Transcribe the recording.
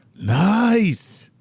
nice!